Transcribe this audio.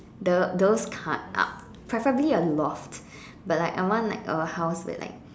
the those kind uh preferably a loft but like I want like a house that like